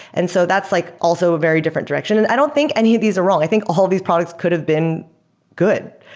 and so that's like also a very different direction. and i don't think any of these are wrong. i think all of these products could have been good,